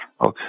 Okay